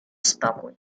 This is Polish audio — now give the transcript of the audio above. spokój